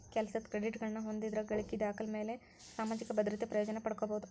ಕೆಲಸದ್ ಕ್ರೆಡಿಟ್ಗಳನ್ನ ಹೊಂದಿದ್ರ ಗಳಿಕಿ ದಾಖಲೆಮ್ಯಾಲೆ ಸಾಮಾಜಿಕ ಭದ್ರತೆ ಪ್ರಯೋಜನ ಪಡ್ಕೋಬೋದು